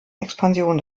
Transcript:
expansion